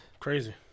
Crazy